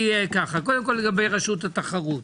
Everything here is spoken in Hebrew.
קודם כול, לגבי רשות התחרות,